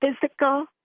physical